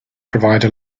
provide